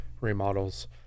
remodels